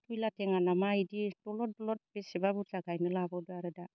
खिला टेङाना मा इदि दलद दलद बेसेबा बुरजा गायनो लाबोदो आरो दा